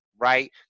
right